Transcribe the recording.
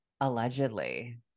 Allegedly